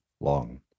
long